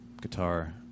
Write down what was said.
guitar